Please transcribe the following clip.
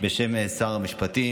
בשם שר המשפטים.